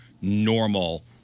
normal